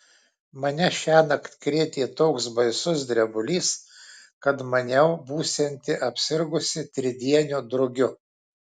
mane šiąnakt krėtė toks baisus drebulys kad jau maniau būsianti apsirgusi tridieniu drugiu